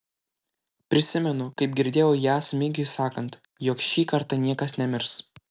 prisimenu kaip girdėjau ją smigiui sakant jog šį kartą niekas nemirs